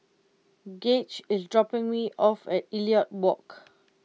Gauge is dropping me off at Elliot Walk